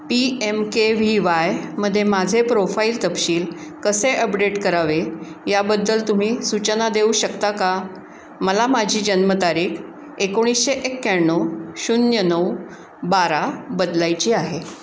P M K V Y मध्ये माझे profile तपशील कसे अपडेट करावे याबद्दल तुम्ही सूचना देऊ शकता का मला माझी जन्मतारीख एकोणीसशे एक्क्याण्णव शून्य नऊ बारा बदलायची आहे